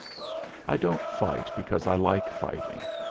i don't fight because i like fighting.